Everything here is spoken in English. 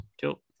cool